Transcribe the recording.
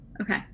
Okay